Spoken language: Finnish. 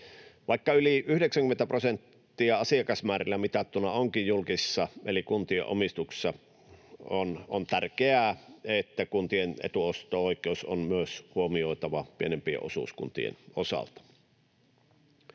mitattuna yli 90 prosenttia onkin julkisessa eli kuntien omistuksessa, on tärkeää, että kuntien etuosto-oikeus on myös huomioitava pienempien osuuskuntien osalta.